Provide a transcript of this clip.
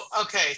okay